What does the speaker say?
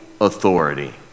authority